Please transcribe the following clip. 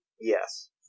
yes